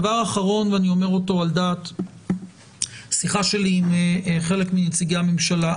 דבר אחרון ואני אומר אותו אחרי שיחה שלי עם חלק מנציגי הממשלה.